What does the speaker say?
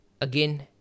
again